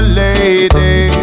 lady